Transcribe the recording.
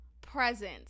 present